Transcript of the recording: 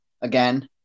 again